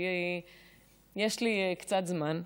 כי יש לי קצת זמן.